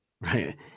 Right